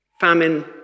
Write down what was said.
famine